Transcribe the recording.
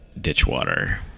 Ditchwater